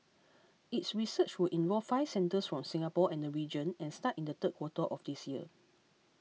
its research will involve five centres from Singapore and the region and start in the third quarter of this year